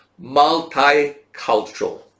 multicultural